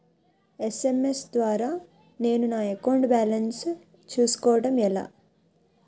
SMS ద్వారా నేను నా అకౌంట్ బాలన్స్ చూసుకోవడం ఎలా?